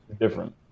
different